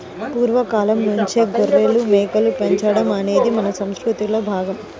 పూర్వ కాలంనుంచే గొర్రెలు, మేకలు పెంచడం అనేది మన సంసృతిలో భాగం